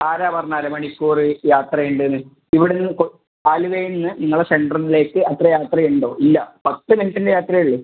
ആരാ പറഞ്ഞത് അര മണിക്കൂറ് യാത്ര ഉണ്ടെന്ന് ഇവിടുന്ന് ആലുവയിൽ നിന്ന് നിങ്ങളുടെ സെൻ്ററിലേക്ക് അത്ര യാത്ര ഉണ്ടോ ഇല്ല പത്ത് മിനിറ്റിൻ്റെ യാത്രയെ ഉള്ളു